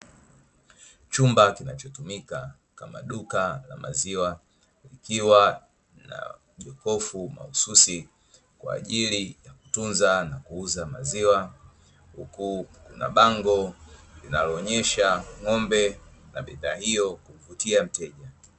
Chumba kinachotumika kama duka la maziwa, kikiwa na jokofu mahususi kwa ajili ya kutunza na kuuza maziwa, huku kuna bango linaloonyesha ng'ombe na bidhaa hiyo humvutia mteja.